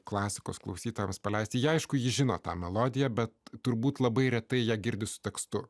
klasikos klausytojams paleisti aišku ji žino tą melodiją bet turbūt labai retai ją girdi su tekstu